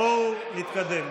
בואו נתקדם,